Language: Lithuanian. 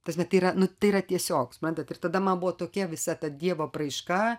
tas net yra nu tai yra tiesiog suprantat ir tada buvo tokia visa tad dievo apraiška